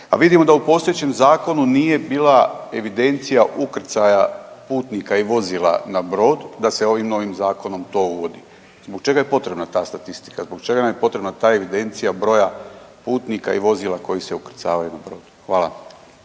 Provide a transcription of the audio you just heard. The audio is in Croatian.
a vidimo da u postojećem zakonu nije bila evidencija ukrcaja putnika i vozila na brod, da se ovim novim zakonom to uvodi. Zbog čega je potrebna ta statistika, zbog čega nam je potrebna ta evidencija broja putnika i vozila koji se ukrcavaju na brod? Hvala.